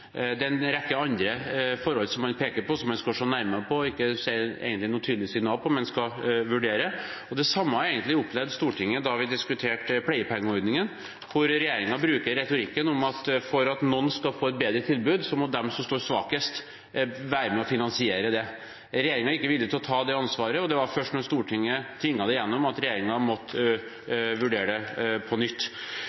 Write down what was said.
Det er en rekke andre forhold som man peker på, som man skal se nærmere på, hvor man ikke gir noe tydelig signal, men som man skal vurdere. Det samme opplevde Stortinget da vi diskuterte pleiepengeordningen, hvor regjeringen brukte retorikken at for at noen skal få et bedre tilbud, må de som står svakest, være med og finansiere det. Regjeringen er ikke villig til å ta det ansvaret, og det var først da Stortinget tvang det igjennom, at regjeringen måtte